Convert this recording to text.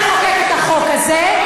למה נחוקק את החוק הזה?